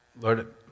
Lord